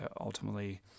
ultimately